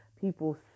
people